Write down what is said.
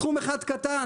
תחום אחד קטן,